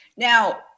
Now